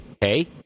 hey